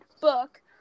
book